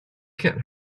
can’t